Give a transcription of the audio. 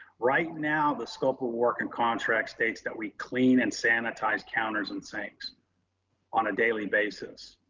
right now, the scope of work and contract states that we clean and sanitize counters and sinks on a daily basis,